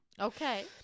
Okay